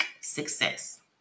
success